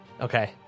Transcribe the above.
Okay